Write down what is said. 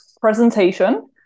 presentation